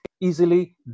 easily